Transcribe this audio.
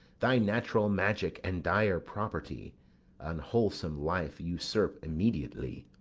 thy natural magic and dire property on wholesome life usurp immediately.